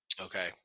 Okay